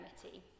Committee